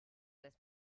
this